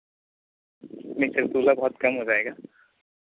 नहीं सर सोलह बहुत कम हो जाएगा